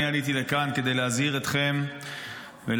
אני עליתי לכאן כדי להזהיר אתכם ולהזהיר